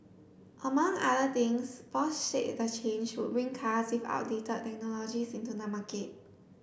among other things Bosch said the change would bring cars with outdated technologies into the market